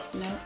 No